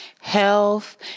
health